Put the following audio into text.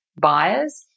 buyers